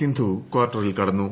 സിന്ധു കാർട്ടറിൽ കടന്നു